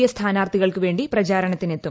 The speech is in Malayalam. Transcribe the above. എ സ്ഥാനാർത്ഥികൾക്കുവേണ്ടി പ്രചാരണത്തിനെത്തും